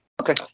Okay